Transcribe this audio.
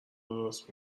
درست